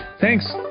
Thanks